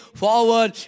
forward